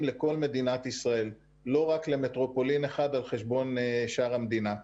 לכל מדינת ישראל ולא רק למטרופולין אחד על חשבון שאר המדינה.